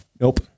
Nope